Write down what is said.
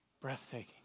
Breathtaking